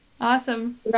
Awesome